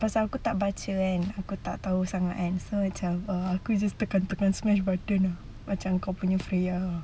pasal aku baca kan aku tak tahu sangat kan so macam uh aku just tekan dengan smash button macam dengan kau punya freya